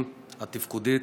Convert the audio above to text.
התפקודית,